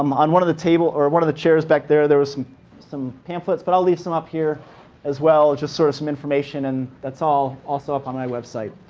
um on one of the tables or one of the chairs back there, there was some pamphlets. but i'll leave some up here as well. just sort of some information. and that's all also up on my website.